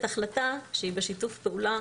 החלטה שהיא בשיתוף פעולה